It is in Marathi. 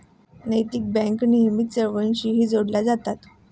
नैतिक बँका नेहमीच चळवळींशीही जोडल्या जातात